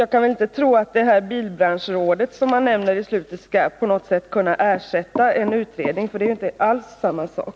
Jag kan inte tro att bilbranschrådet, som industriministern nämner i slutet av sitt svar, på något sätt skulle kunna ersätta en utredning — det är ju inte alls samma sak.